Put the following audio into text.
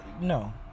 no